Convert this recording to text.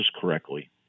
correctly